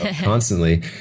constantly